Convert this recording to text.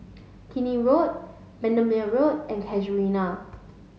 Keene Road Bendemeer Road and Casuarina